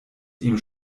ihm